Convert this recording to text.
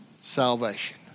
salvation